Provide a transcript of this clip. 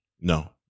No